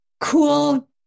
cool